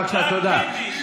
בבקשה, תודה.